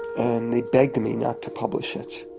and they begged me not to publish it.